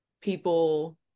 people